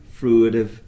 fruitive